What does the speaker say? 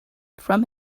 from